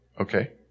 Okay